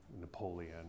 Napoleon